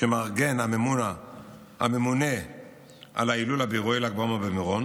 שמארגן הממונה על ההילולה באירועי ל"ג בעומר במירון